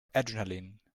adrenaline